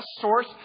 source